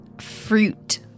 fruit